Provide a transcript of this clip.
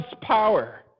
power